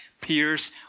peers